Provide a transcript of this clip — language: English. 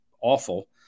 awful